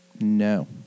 No